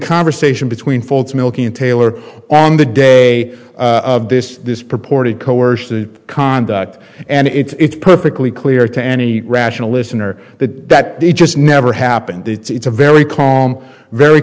conversation between folds milking taylor on the day of this this purported coercion to conduct and it's perfectly clear to any rational listener that that they just never happened it's a very calm very